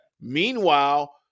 Meanwhile